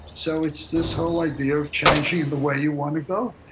so it's this whole idea of changing and the way you want you go,